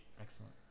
Excellent